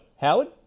Howard